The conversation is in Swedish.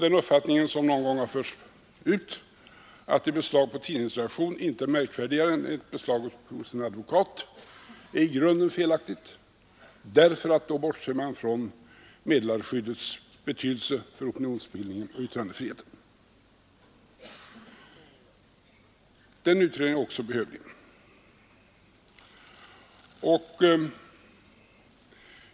Den uppfattningen, som någon gång har förts ut, att ett beslag på en tidningsredaktion inte är märkvärdigare än ett beslag hos en advokat är i grunden felaktigt, därför att då bortser man från meddelarskyddets betydelse för opinionsbildningen och yttrandefriheten. Den utredningen är också behövlig.